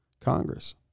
Congress